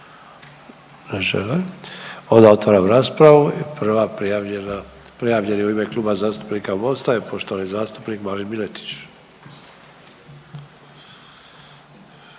Ne žele, onda otvaram raspravu i prva prijavljena, prijavljeni u ime Kluba zastupnika MOST-a je poštovani zastupnik Marin Miletić.